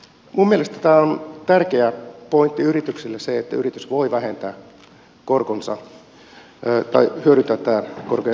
minun mielestäni tämä on tärkeä pointti yrityksille että yritys voi hyödyntää tämän korkojen verovähennysoikeuden